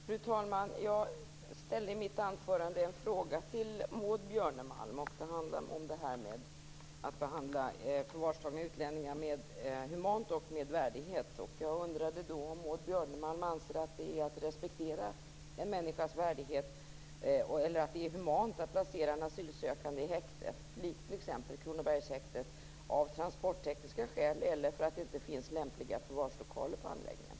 Fru talman! Jag ställde i mitt anförande en fråga till Maud Björnemalm som handlade om att man skall behandla förvarstagna utlänningar humant och med värdighet. Jag undrade om Maud Björnemalm anser att det är humant att placera en asylsökande i häkte, t.ex. Kronobergshäktet, av transporttekniska skäl eller därför att det inte finns lämpliga förvarslokaler på anläggningen?